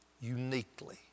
uniquely